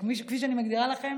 כפי שאני מגדירה לכם,